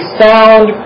sound